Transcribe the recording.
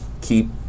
keep